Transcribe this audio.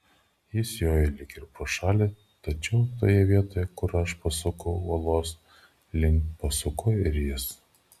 jis jojo lyg ir pro šalį tačiau toje vietoje kur aš pasukau uolos link pasuko ir jis